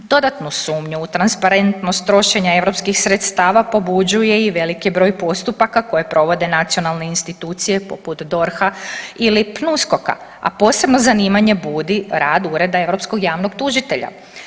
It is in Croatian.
Dodatno sumnju u transparentnost trošenja europskih sredstava pobuđuje i veliki broj postupaka koje provode nacionalne institucije poput DORH-a ili PNUSKOK-a, a posebno zanimanje budi rad Ureda europskog javnog tužitelja.